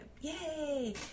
Yay